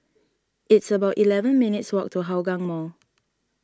it's about eleven minutes' walk to Hougang Mall